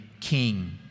king